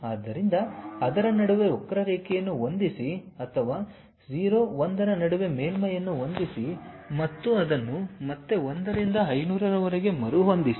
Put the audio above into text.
ಆದ್ದರಿಂದ ಅದರ ನಡುವೆ ವಕ್ರರೇಖೆಯನ್ನು ಹೊಂದಿಸಿ ಅಥವಾ 0 1 ರ ನಡುವೆ ಮೇಲ್ಮೈಯನ್ನು ಹೊಂದಿಸಿ ಮತ್ತು ಅದನ್ನು ಮತ್ತೆ 1 ರಿಂದ 500 ರವರೆಗೆ ಮರುಹೊಂದಿಸಿ